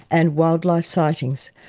and wildlife sightings.